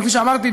כפי שאמרתי,